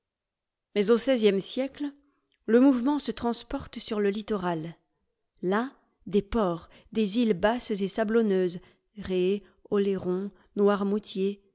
mais au seizième siècle le mouvement se transporte sur le littoral là des ports des îles basses et sablonneuses